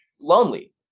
Lonely